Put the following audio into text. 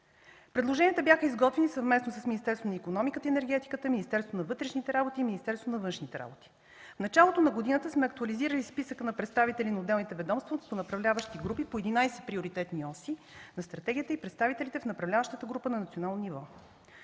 Предложенията бяха изготвени съвместно с Министерството на икономиката и енергетиката, Министерството на вътрешните работи, Министерство на външните работи. В началото на годината сме актуализирали списъка на представители на отделните ведомства и направляващи групи по 11 приоритетни оси за стратегията и представителите в направляващата група на национално ниво.